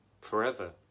forever